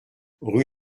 rue